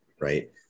right